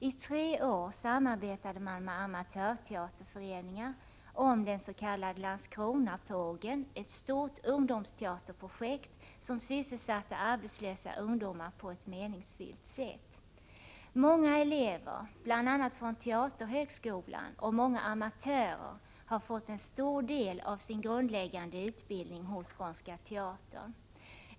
I tre år samarbetade man med amatörteaterföreningar om den s.k. Landskronapågen, ett stort ungdomsteaterprojekt, som sysselsatte arbetslösa ungdomar på ett meningsfyllt sätt. Många elever, bl.a. från teaterhögskolan, och många amatörer har fått en stor del av sin grundläggande utbildning hos Skånska teatern.